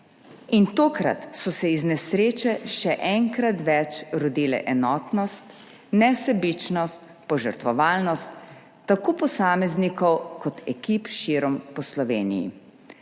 in tokrat so se iz nesreče še enkrat več rodile enotnost, nesebičnost, požrtvovalnost tako posameznikov kot ekip širom po Sloveniji.